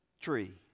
tree